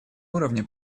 уровне